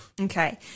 Okay